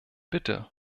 bitte